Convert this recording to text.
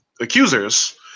accusers